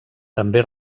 també